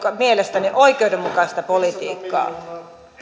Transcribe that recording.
mielestänne oikeudenmukaista politiikkaa